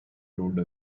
rode